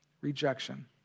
Rejection